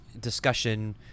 discussion